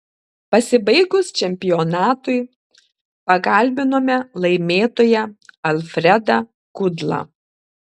pasibaigus čempionatui pakalbinome laimėtoją alfredą kudlą